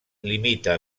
limita